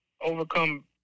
overcome